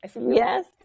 yes